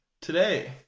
today